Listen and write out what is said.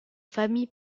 famille